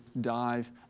dive